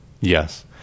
yes